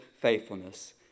faithfulness